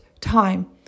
time